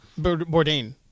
Bourdain